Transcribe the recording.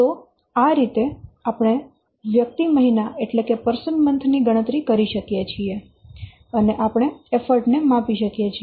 તો આ રીતે આપણે વ્યક્તિ મહિના ની ગણતરી કરી શકીએ છીએ અને આપણે એફર્ટ ને માપી શકીએ છીએ